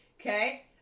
Okay